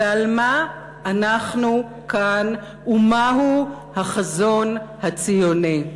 ועל מה אנחנו כאן, ומהו החזון הציוני,